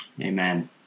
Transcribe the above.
Amen